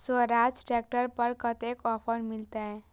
Swaraj tractor पर कतेक offer मिलते?